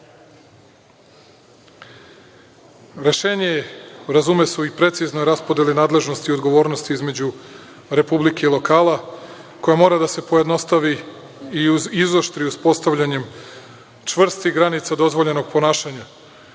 je, razume se, u preciznoj raspodeli nadležnosti i odgovornosti između Republike i lokala, koja mora da se pojednostavi i izoštri uspostavljanjem čvrstih granica dozvoljenog ponašanja. Čedo,